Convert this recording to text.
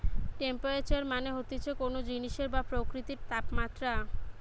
temperature মানে হতিছে কোন জিনিসের বা প্রকৃতির তাপমাত্রা